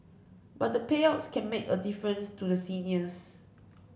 but the payouts can make a difference to the seniors